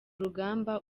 rugamba